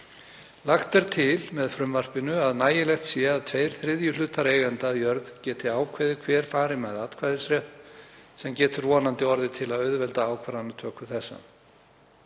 Lagt er til með frumvarpinu að nægilegt sé að tveir þriðju hlutar eigenda að jörð geti ákveðið hver fari með atkvæðisrétt, sem getur vonandi orðið til að auðvelda ákvarðanatöku þessa.